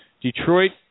Detroit